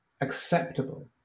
acceptable